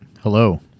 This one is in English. Hello